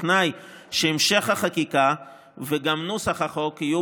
בתנאי שהמשך החקיקה וגם נוסח החוק יהיו